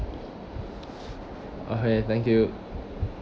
okay thank you